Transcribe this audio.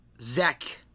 Zach